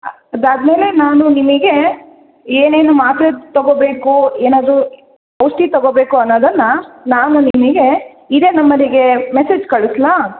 ಅದಾದ ಮೇಲೆ ನಾನು ನಿಮಗೆ ಏನೇನು ಮಾತ್ರೆ ತೊಗೊಬೇಕು ಏನಾದರೂ ಔಷಧಿ ತೊಗೊಬೇಕು ಅನ್ನೋದನ್ನು ನಾನು ನಿಮಗೆ ಇದೇ ನಂಬರಿಗೆ ಮೆಸೇಜ್ ಕಳಿಸಲಾ